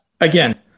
again